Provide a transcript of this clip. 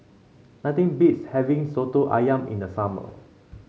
nothing beats having soto ayam in the summer